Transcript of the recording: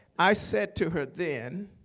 i said to her then,